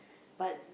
but